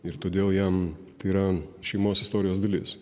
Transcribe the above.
ir todėl jam tai yra šeimos istorijos dalis